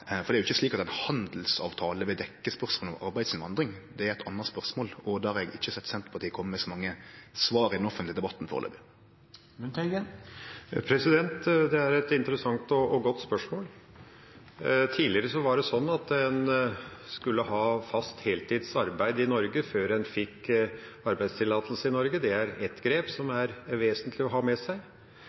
For det er jo ikkje slik at ein handelsavtale vil dekkje spørsmålet om arbeidsinnvandring. Det er eit anna spørsmål, og der har eg ikkje sett at Senterpartiet har kome med så mange svar i den offentlege debatten foreløpig. Det er et interessant og godt spørsmål. Tidligere skulle en ha fast heltids arbeid i Norge før en fikk arbeidstillatelse i Norge, det er et grep som er vesentlig å ha med seg.